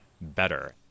better